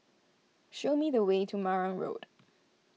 show me the way to Marang Road